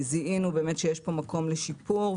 זיהינו שיש פה מקום לשיפור,